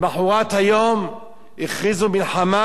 למחרת היום הכריזו מלחמה,